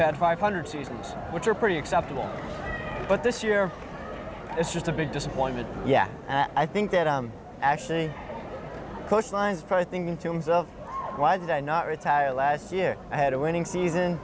had five hundred seasons which are pretty acceptable but this year it's just a big disappointment yeah i think that actually cosigns for i think in terms of why did i not retire last year i had a winning season